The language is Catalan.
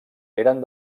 eren